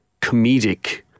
comedic